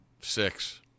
Six